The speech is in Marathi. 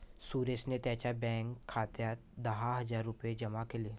सुरेशने त्यांच्या बँक खात्यात दहा हजार रुपये जमा केले